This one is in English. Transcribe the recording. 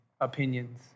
opinions